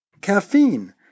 Caffeine